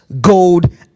gold